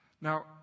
Now